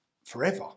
forever